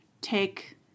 take